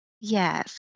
Yes